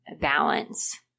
balance